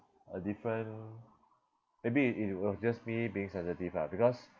a different maybe it it was just me being sensitive lah because